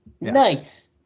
nice